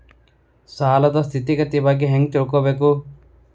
ಸಾಲದ್ ಸ್ಥಿತಿಗತಿ ಬಗ್ಗೆ ಹೆಂಗ್ ತಿಳ್ಕೊಬೇಕು?